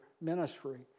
ministry